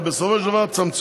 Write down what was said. אבל בסופו של דבר תצמצמו,